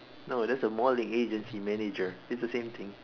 no that's a modelling agency manager it's the same thing